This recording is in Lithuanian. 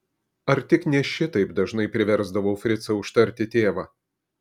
ar tik ne šitaip dažnai priversdavau fricą užtarti tėvą